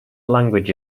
language